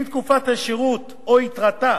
אם תקופת השירות או יתרתה